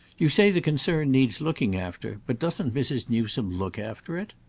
you say the concern needs looking after but doesn't mrs. newsome look after it?